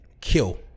Kill